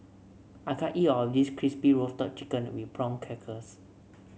I can't eat all of this Crispy Roasted Chicken with Prawn Crackers